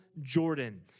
Jordan